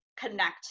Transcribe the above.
connect